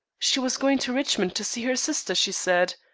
she was going to richmond to see her sister, she said.